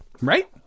Right